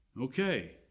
Okay